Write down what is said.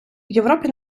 європі